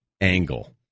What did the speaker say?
angle